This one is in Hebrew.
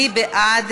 מי בעד?